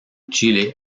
chile